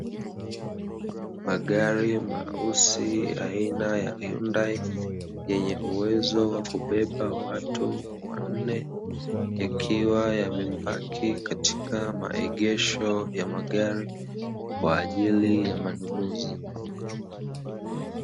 Magari meusi aina ya "Hyundai" yenye uwezo wa kubeba watu wanne, yakiwa yamepaki katika maegesho ya magari kwa ajili ya manunuzi.